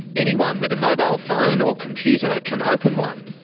anyone with a mobile phone or computer can open one.